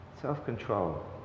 Self-control